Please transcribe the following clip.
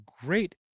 great